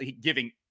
giving